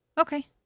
Okay